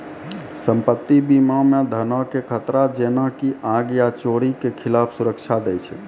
सम्पति बीमा मे धनो के खतरा जेना की आग या चोरी के खिलाफ सुरक्षा दै छै